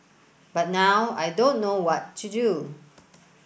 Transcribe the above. but now I don't know what to do